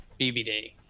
BBD